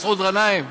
מסעוד גנאים,